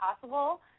possible